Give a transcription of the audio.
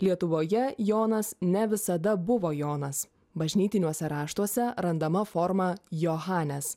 lietuvoje jonas ne visada buvo jonas bažnytiniuose raštuose randama forma johanes